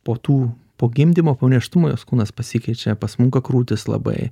po tų po gimdymo po nėštumo jos kūnas pasikeičia pasmunka krūtys labai